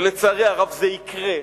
ולצערי הרב זה יקרה,